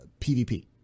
PVP